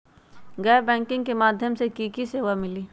गैर बैंकिंग के माध्यम से की की सेवा मिली?